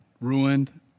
ruined